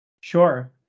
Sure